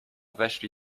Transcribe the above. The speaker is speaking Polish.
weszli